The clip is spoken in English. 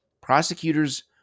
Prosecutors